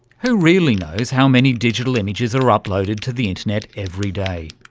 who really knows how many digital images are uploaded to the internet every day.